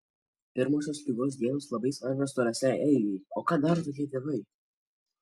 pirmosios ligos dienos labai svarbios tolesnei eigai o ką daro tokie tėvai